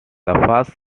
first